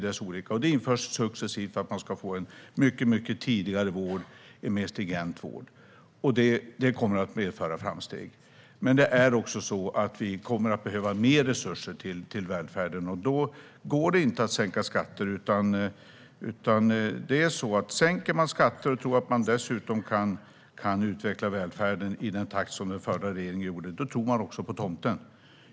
Detta införs successivt för att man ska få en mycket tidigare vård och en mer stringent vård. Det kommer att medföra framsteg. Men vi kommer också att behöva mer resurser till välfärden. Då går det inte att sänka skatter. Sänker man skatter och tror att man dessutom kan utveckla välfärden i den takt som den förra regeringen gjorde tror man också på tomten.